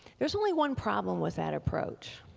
there's only one problem with that approach